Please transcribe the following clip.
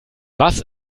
was